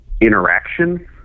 interaction